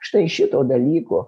štai šito dalyko